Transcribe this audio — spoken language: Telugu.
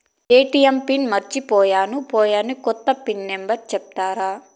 ఎ.టి.ఎం పిన్ మర్చిపోయాను పోయాను, కొత్త పిన్ నెంబర్ సెప్తారా?